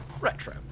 Retro